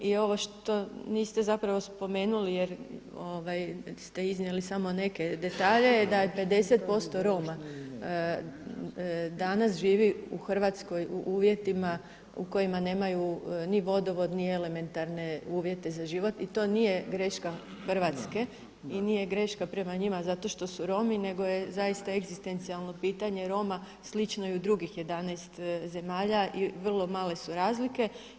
I ovo što niste zapravo spomenuli jer ste iznijeli samo neke detalje, je da je samo 50% Roma danas živi u Hrvatskoj u uvjetima u kojima nemaju ni vodovod, ni elementarne uvjete za život i to nije greška Hrvatske i nije greška prema njima zato što su Romi, nego je zaista egzistencijalno pitanje Roma slično i u drugih 11 zemalja i vrlo male su razlike.